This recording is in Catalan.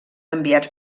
enviats